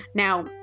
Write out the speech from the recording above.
Now